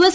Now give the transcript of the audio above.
S